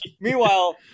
Meanwhile